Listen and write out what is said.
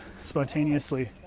spontaneously